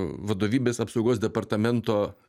vadovybės apsaugos departamento